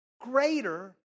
greater